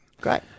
Great